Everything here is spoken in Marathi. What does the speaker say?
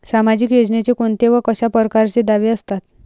सामाजिक योजनेचे कोंते व कशा परकारचे दावे असतात?